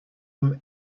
him